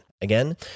Again